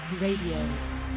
Radio